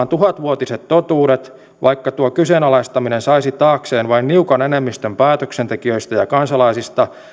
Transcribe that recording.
tuhatvuotiset totuudet vaikka tuo kyseenalaistaminen saisi taakseen vain niukan enemmistön päätöksentekijöistä ja kansalaisista